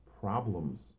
problems